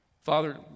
Father